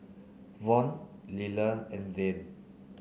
Von Liller and Dayne